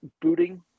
booting